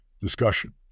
discussion